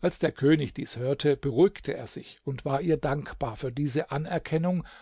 als der könig dies hörte beruhigte er sich und war ihr dankbar für diese anerkennung